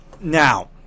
now